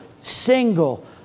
single